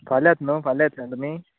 फाल्यांच न्हू फाल्यांच येतलें तुमी